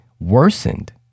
worsened